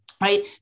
right